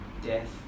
death